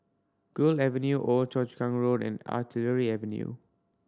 Gul Avenue Old Choa Chu Kang Road and Artillery Avenue